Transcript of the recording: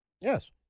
yes